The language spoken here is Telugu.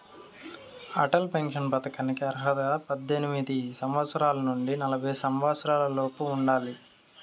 అటల్ పెన్షన్ పథకానికి అర్హతగా పద్దెనిమిది సంవత్సరాల నుండి నలభై సంవత్సరాలలోపు ఉండాలి